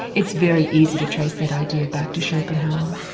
it's very easy to trace that idea back to schopenhauer.